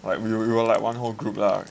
we were we were like one whole group lah